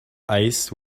ice